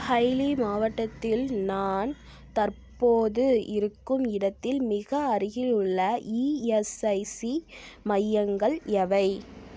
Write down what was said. ஹைளி மாவட்டத்தில் நான் தற்போது இருக்கும் இடத்தில் மிக அருகிலுள்ள இஎஸ்ஐசி மையங்கள் எவை